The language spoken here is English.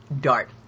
dart